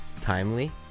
timely